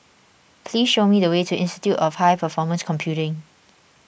please show me the way to Institute of High Performance Computing